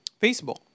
Facebook